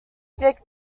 dick